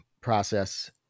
process